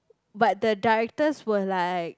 but the directors were like